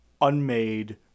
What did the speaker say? unmade